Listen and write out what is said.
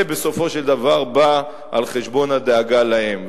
זה בסופו של דבר בא על חשבון הדאגה להם.